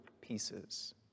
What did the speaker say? pieces